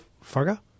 Fargo